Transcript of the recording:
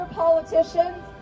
politicians